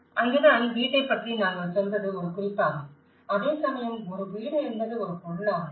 அங்குதான் வீட்டைப் பற்றி நாங்கள் சொல்வது ஒரு குறிப்பாகும் அதேசமயம் ஒரு வீடு என்பது ஒரு பொருளாகும்